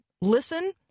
listen